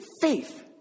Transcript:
faith